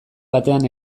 batean